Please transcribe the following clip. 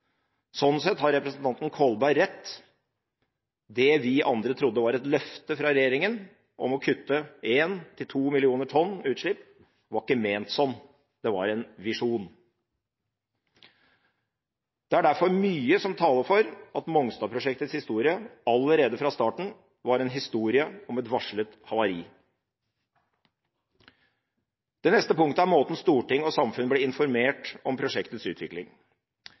Sånn sett har representanten Kolberg rett: Det vi andre trodde var et løfte fra regjeringen om å kutte 1–2 millioner tonn utslipp, var ikke ment sånn. Det var en visjon. Det er derfor mye som taler for at Mongstad-prosjektets historie allerede fra starten var en historie om et varslet havari. Det neste punktet handler om måten Stortinget og samfunnet ble informert om prosjektets utvikling